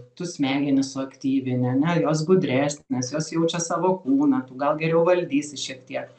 tu smegenis suaktyvini ane jos gudres nes jos jaučia savo kūną tu gal geriau valdysi šiek tiek